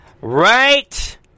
Right